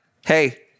hey